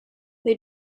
they